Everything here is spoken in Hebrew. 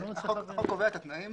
זה תנאים